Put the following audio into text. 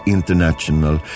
International